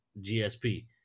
GSP